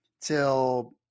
till